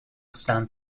stand